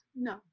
No